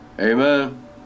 Amen